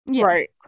Right